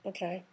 Okay